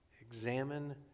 Examine